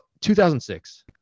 2006